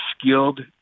skilled